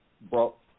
brought